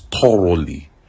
thoroughly